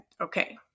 okay